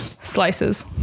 slices